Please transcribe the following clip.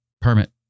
permit